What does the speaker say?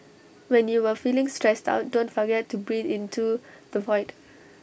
when you are feeling stressed out don't forget to breathe into the void